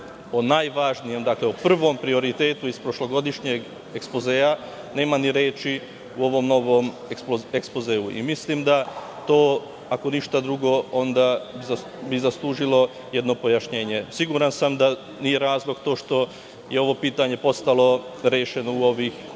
nacije. Dakle, u prvom prioritetu iz prošlogodišnjeg ekspozea nema ni reči u ovom novom ekspozeu. Mislim, da to ako ništa drugo, onda bi zaslužilo jedno pojašnjenje. Siguran sam da nije razlog to što je ovo pitanje postalo rešeno u ovih